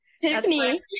Tiffany